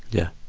yeah.